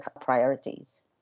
priorities